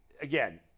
Again